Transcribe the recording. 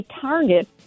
target